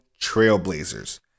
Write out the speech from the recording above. Trailblazers